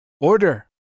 Order